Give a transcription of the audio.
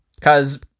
Cause